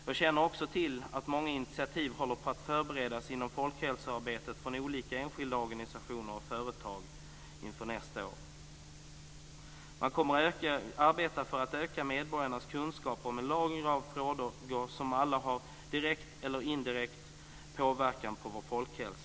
Jag känner också till att många initiativ håller på att förberedas inom folkhälsoarbetet av olika enskilda organisationer och företag inför nästa år. Man kommer att arbeta för att öka medborgarnas kunskap om en lång rad frågor som alla har en direkt eller indirekt påverkan på vår folkhälsa.